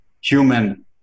human